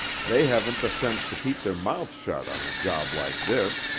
they haven't the sense to keep their mouths shut on a job like this.